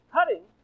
Cutting